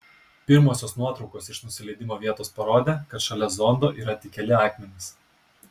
pirmosios nuotraukos iš nusileidimo vietos parodė kad šalia zondo yra tik keli akmenys